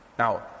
Now